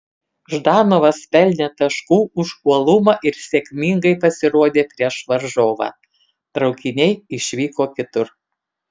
ždanovas pelnė taškų už uolumą ir sėkmingai pasirodė prieš varžovą traukiniai išvyko kitur